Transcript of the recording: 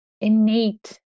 innate